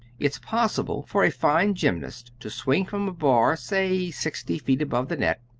it's possible for a fine gymnast to swing from a bar, say sixty feet above the net,